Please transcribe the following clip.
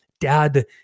dad